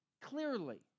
clearly